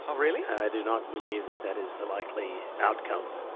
ah really? i do not believe that that is the likely outcome.